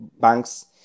banks